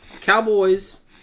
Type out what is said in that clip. Cowboys